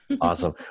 Awesome